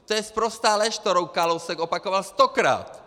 To je sprostá lež, kterou Kalousek opakoval stokrát.